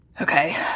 Okay